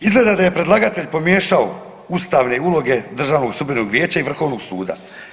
Izgleda da je predlagatelj pomiješao ustavne uloge Državnog sudbenog vijeća i Vrhovnog suda.